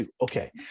Okay